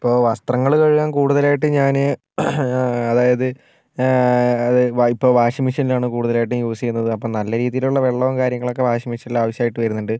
ഇപ്പോൾ വസ്ത്രങ്ങൾ കഴുകാൻ കൂടുതലായിട്ട് ഞാൻ അതായത് ഇപ്പോൾ വാഷിംഗ് മിഷീനിലാണ് കൂടുതലയിട്ടും യൂസ് ചെയ്യുന്നന്നത് അപ്പം നല്ല രീതിയിലുള്ള വെള്ളവും കാര്യങ്ങളൊക്കെ വാഷിംഗ് മിഷീനിൽ ആവശ്യമായിട്ട് വരുന്നുണ്ട്